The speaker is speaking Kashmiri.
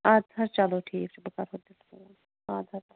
اَدٕ سا چلو ٹھیٖک چھُ بہٕ کَرہو تیٚلہِ فون اَدٕ حظ